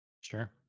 Sure